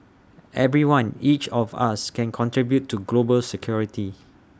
everyone each of us can contribute to global security